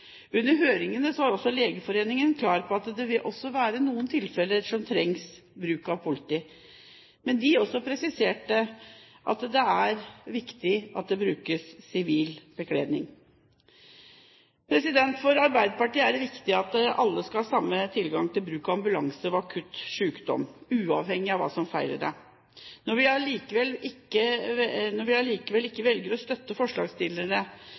Under høringene var også Legeforeningen klar på at det vil være noen tilfeller som krever bruk av politiet, men de presiserte at det er viktig at det brukes sivil bekledning. For Arbeiderpartiet er det viktig at alle skal ha samme tilgang til bruk av ambulanse ved akutt sykdom, uavhengig av hva som feiler en. Når vi allikevel ikke velger å støtte forslagsstillerne,